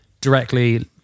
directly